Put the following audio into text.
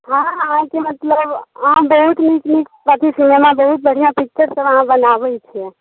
हँ आहाँकेँ मतलब अहाँ बहुत नीक नीक अथी सिनेमा बहुत बढ़िआँ पिक्चर सब अहाँ बनाबैत छियै